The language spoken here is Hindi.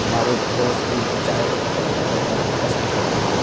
हमारे बोस भी चाय का बहुत ज़्यादा पसंद करते हैं